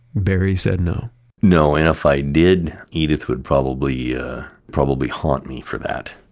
barry said no no, and if i did, edith would probably yeah probably haunt me for that.